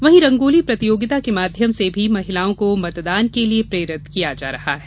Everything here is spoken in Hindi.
वहीं रंगोली प्रतियोगिता के माध्यम से भी महिलाओं को मतदान के लिये प्रेरित किया जा रहा है